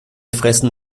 fressen